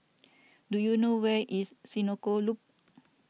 do you know where is Senoko Loop